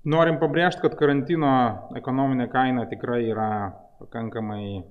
norim pabrėžt kad karantino ekonominė kaina tikrai yra pakankamai